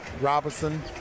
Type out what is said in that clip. Robinson